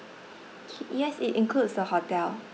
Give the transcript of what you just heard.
yes it includes the hotel